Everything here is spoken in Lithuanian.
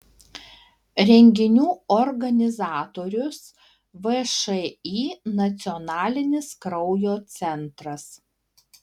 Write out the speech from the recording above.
renginių organizatorius všį nacionalinis kraujo centras